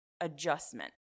adjustment